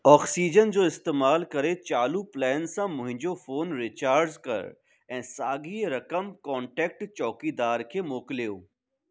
oxygen जो इस्तेमाल करे चालू प्लैन सां मुंहिंजो फ़ोन रीचार्ज कर ऐं साॻी रक़म कोन्टेक्ट चौकीदार खे मोकिलियो